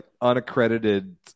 unaccredited